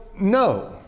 no